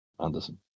Anderson